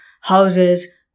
houses